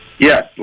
Yes